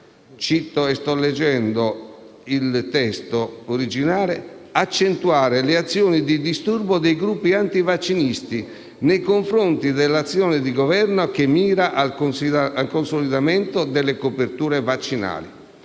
si potrebbero ulteriormente accentuare le azioni di disturbo dei gruppi anti-vaccinisti nei confronti dell'azione di governo che mira al consolidamento delle coperture vaccinali,